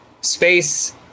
space